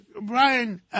Brian